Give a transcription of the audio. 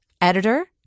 editor